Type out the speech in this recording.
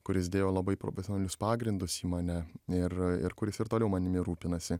kuris dėjo labai profesionalius pagrindus į mane ir ir kuris ir toliau manimi rūpinasi